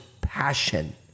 passion